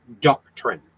doctrine